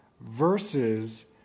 versus